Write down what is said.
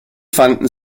fanden